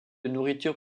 nourriture